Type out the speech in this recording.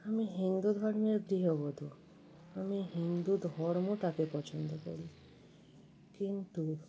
আমি হিন্দু ধর্মের গৃহবধু আমি হিন্দু ধর্মটাকে পছন্দ করি কিন্তু